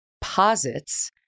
posits